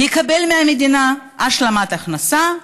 יקבל מהמדינה השלמת הכנסה,